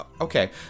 Okay